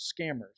scammers